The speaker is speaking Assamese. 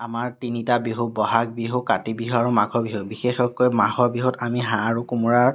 আমাৰ তিনিটা বিহু বহাগ বিহু কাতি বিহু আৰু মাঘ বিহু বিশেষকৈ মাঘৰ বিহুত আমি হাঁহ আৰু কোমোৰাৰ